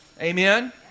Amen